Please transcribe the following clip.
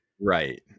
Right